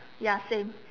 ya same